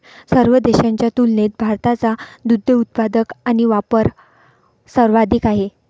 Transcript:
सर्व देशांच्या तुलनेत भारताचा दुग्ध उत्पादन आणि वापर सर्वाधिक आहे